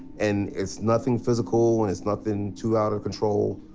and it's nothing physical, and it's nothing too out of control,